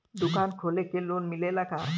दुकान खोले के लोन मिलेला का?